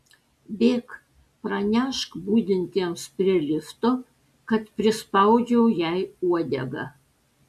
bėk pranešk budintiems prie lifto kad prispaudžiau jai uodegą